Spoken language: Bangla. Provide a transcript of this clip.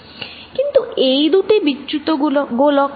কিন্তু এই দুটি বিচ্যুত গোলক